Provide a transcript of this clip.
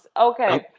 Okay